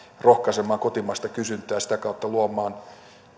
rohkaisemaan kotimaista kysyntää ja sitä kautta luomaan